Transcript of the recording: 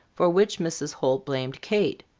for which mrs. holt blamed kate.